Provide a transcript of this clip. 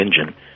Engine